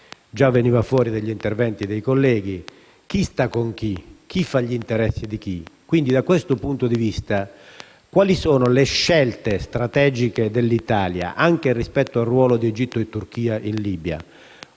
già è emerso dagli interventi dei colleghi, ci si chiede: chi sta con chi? Chi fa gli interessi di chi? Da questo punto di vista, quali sono le scelte strategiche dell'Italia, anche rispetto al ruolo di Egitto e Turchia in Libia?